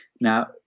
Now